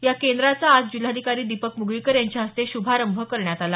या केंद्राचा आज जिल्हाधिकारी दीपक मुगळीकर यांच्या हस्ते श्रभारंभ करण्यात आला